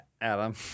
Adam